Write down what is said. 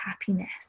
happiness